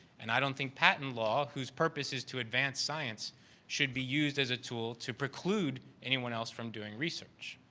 and i don't think patent law whose purpose is to advance science should be used as a tool to preclude anyone else from doing research.